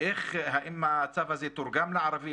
האם הצו הזה תורגם לערבית?